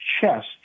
chest